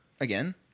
again